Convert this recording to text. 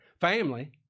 Family